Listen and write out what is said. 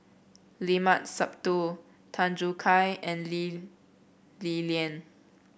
Limat Sabtu Tan Choo Kai and Lee Li Lian